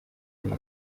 neza